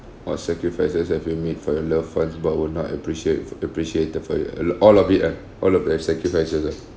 what sacrifices have you made for your loved ones but were not appreciate appreciated for your uh all of it ah all of the sacrifices ah